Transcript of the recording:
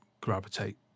gravitate